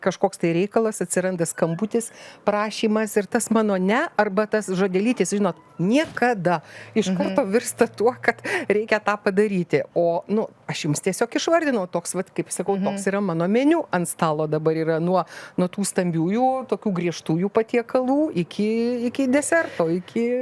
kažkoks tai reikalas atsiranda skambutis prašymas ir tas mano ne arba tas žodelytis žinot niekada iš karto virsta tuo kad reikia tą padaryti o nu aš jums tiesiog išvardinau toks vat kaip sakau toks yra mano meniu ant stalo dabar yra nuo nuo tų stambiųjų tokių griežtųjų patiekalų iki iki deserto iki